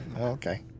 Okay